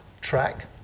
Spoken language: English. track